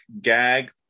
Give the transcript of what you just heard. gag